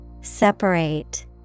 Separate